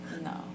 No